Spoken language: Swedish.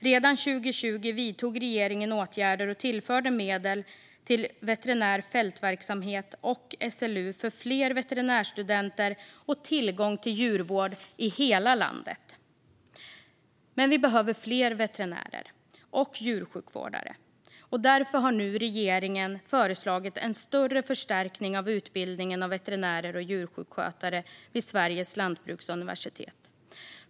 Redan 2020 vidtog regeringen åtgärder och tillförde medel till veterinär fältverksamhet och SLU för fler veterinärstudenter och tillgång till djurvård i hela landet. Men vi behöver fler veterinärer och djursjukvårdare. Därför har nu regeringen föreslagit en större förstärkning av utbildningen av veterinärer och djursjukskötare vid Sveriges lantbruksuniversitet.